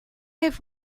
have